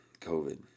COVID